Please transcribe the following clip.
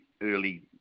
early